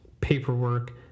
paperwork